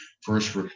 first